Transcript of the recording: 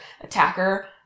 attacker